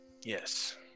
Yes